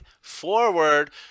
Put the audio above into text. forward